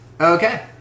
Okay